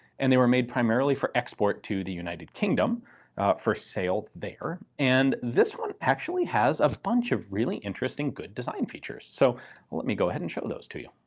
and they were made primarily for export to the united kingdom for sale there. and this one actually has a bunch of really interesting good design features. so let me go ahead and show those to you.